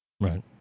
Right